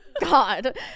God